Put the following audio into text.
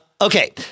okay